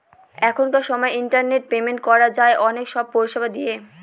এখনকার সময় internet payment করা যায় অনেক সব পরিষেবা দিয়ে